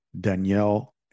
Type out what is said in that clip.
Danielle